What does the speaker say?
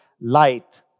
light